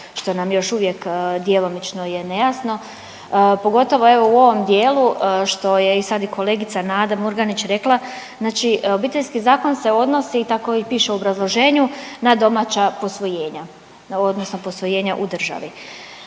što nam još uvijek djelomično je nejasno. Pogotovo evo u ovom dijelu što je i sad i kolegica Nada Murganić rekla, znači Obiteljski zakon se odnosi tako i piše u obrazloženju na domaća posvojenja odnosno posvojenja u državi.